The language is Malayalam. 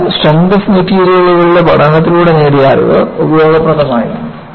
അതിനാൽസ്ട്രെങ്ത് ഓഫ് മെറ്റീരിയലുകളുടെ പഠനത്തിലൂടെ നേടിയ അറിവ് ഉപയോഗപ്രദമായിരുന്നു